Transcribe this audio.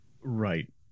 Right